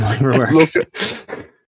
Look